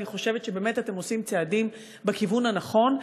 אני חושבת שבאמת אתם עושים צעדים בכיוון הנכון.